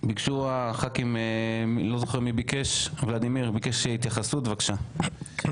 חבר הכנסת ולדימיר ביקש התייחסות בבקשה.